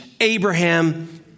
Abraham